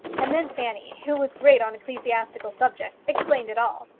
and then fanny, who was great on ecclesiastical subjects, explained it all.